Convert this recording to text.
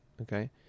Okay